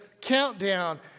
countdown